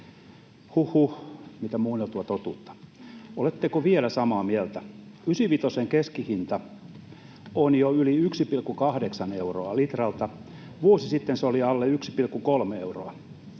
Huhhuh, mitä muunneltua totuutta. Oletteko vielä samaa mieltä? Ysivitosen keskihinta on jo yli 1,8 euroa litralta. Vuosi sitten se oli alle 1,3 euroa.